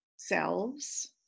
selves